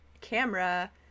camera